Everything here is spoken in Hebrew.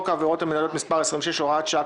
העבירות המינהליות - מס' 26 - הוראת שעה,